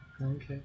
okay